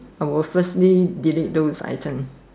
I was firstly delete those item